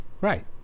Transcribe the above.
Right